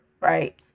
Right